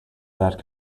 that